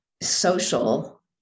social